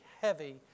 heavy